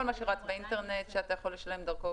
כל מה שרץ באינטרנט שאתה יכול לשלם דרכו,